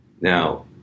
Now